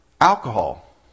alcohol